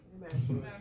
Amen